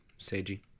seiji